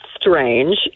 strange